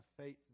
faith